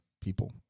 people